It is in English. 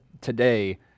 today